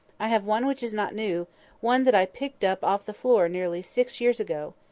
i have one which is not new one that i picked up off the floor nearly six years ago.